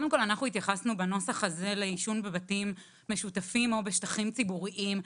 אנחנו התייחסנו בנוסח הזה לעישון בבתים משותפים או בשטחים ציבוריים.